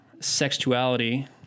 sexuality